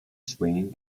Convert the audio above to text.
swinging